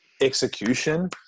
execution